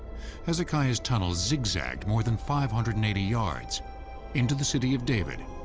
hezekiah's tunnel zigzagged more than five hundred and eighty yards into the city of david,